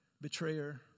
betrayer